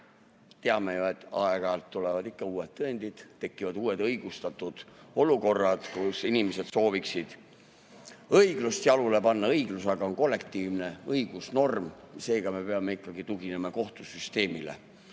Teame ju, et aeg-ajalt tulevad ikka uued tõendid, tekivad uued õigustatud olukorrad, kus inimesed sooviksid õiglust jalule seada. Õiglus aga on kollektiivne õigusnorm, seega me peame ikkagi tuginema kohtusüsteemile.